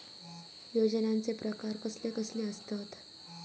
योजनांचे प्रकार कसले कसले असतत?